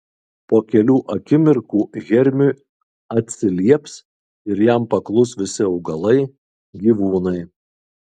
po kelių akimirkų hermiui atsilieps ir jam paklus visi augalai gyvūnai